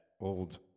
old